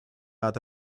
out